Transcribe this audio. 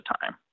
time